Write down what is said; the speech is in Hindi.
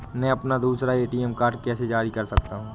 मैं अपना दूसरा ए.टी.एम कार्ड कैसे जारी कर सकता हूँ?